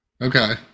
Okay